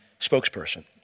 spokesperson